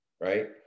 right